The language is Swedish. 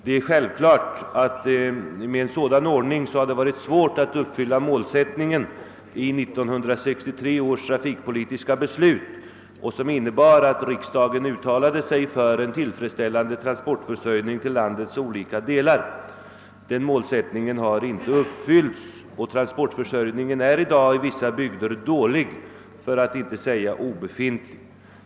Det har självklart med en sådan ordning varit svårt att uppfylla målsättningen i 1963 års trafikpolitiska beslut, som innebar att riksdagen uttalade sig för en tillfredsställande transportförsörjning till landets olika delar. Denna målsättning har inte uppfyllts, och transportförsörjningen är i dag i vissa bygder dålig, för att inte säga obefintlig.